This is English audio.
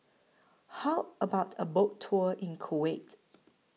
How about A Boat Tour in Kuwait